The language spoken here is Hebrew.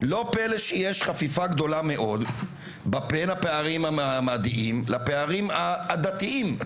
לא פלא שיש חפיפה גדולה מאוד בין הפערים המעמדיים לפערים העדתיים.